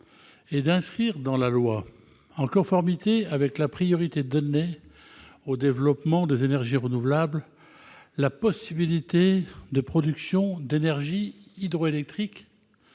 est d'inscrire dans la loi, en conformité avec la priorité donnée au développement des énergies renouvelables, la possibilité de produire de l'énergie hydroélectrique